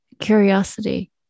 curiosity